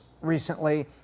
recently